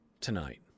tonight